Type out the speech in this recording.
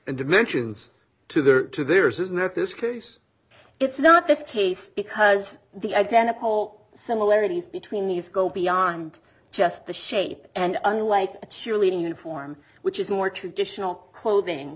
and dimensions to their to theirs and that this case it's not this case because the identical similarities between these go beyond just the shape and unlike a cheerleading uniform which is more traditional clothing